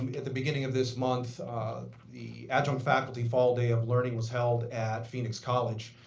at the beginning of this month the adjunct faculty fall day of learning was held at phoenix college.